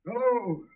Hello